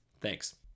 Thanks